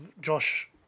Josh